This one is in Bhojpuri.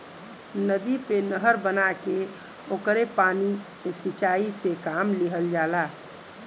नदी पे नहर बना के ओकरे पानी के सिंचाई में काम लिहल जाला